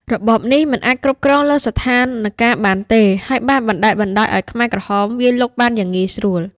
របបនេះមិនអាចគ្រប់គ្រងលើស្ថានការណ៍បានទេ ហើយបានបណ្តែតបណ្តោយឲ្យខ្មែរក្រហមវាយលុកបានយ៉ាងងាយស្រួល។